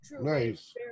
nice